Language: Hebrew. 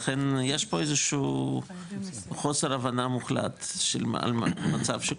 אז יש פה איזה שהוא חוסר הבנה מוחלט באשר למה שקורה.